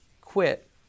quit